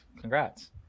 congrats